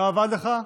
לא עבד לך,